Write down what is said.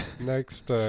Next